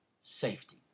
safety